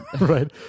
right